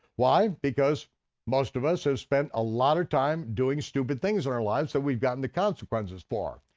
why, because most of us have spent a lot of time doing stupid things in our lives that we've gotten the consequences for.